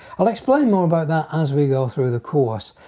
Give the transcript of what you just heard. i'll explain more about that as we go through the course.